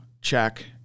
check